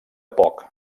poc